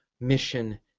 mission